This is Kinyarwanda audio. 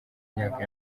myaka